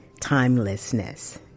Timelessness